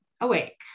awake